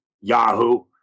Yahoo